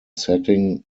setting